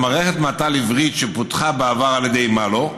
מערכת מת"ל עברית שפותחה בעבר על ידי מאל"ו,